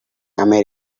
american